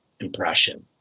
impression